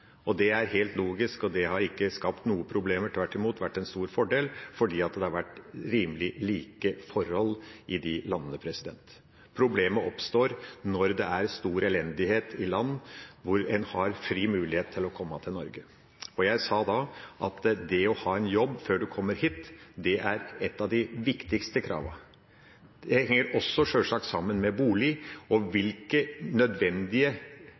Det er helt logisk, og det har ikke skapt noen problemer. Det har tvert imot vært en stor fordel, fordi det har vært rimelig like forhold i de landene. Problemet oppstår når det er stor elendighet i land hvor en har fri mulighet til å komme til Norge. Jeg sa at det å ha en jobb før en kommer hit, er et av de viktigste kravene. Det henger sjølsagt også sammen med bolig. Hvilke nødvendige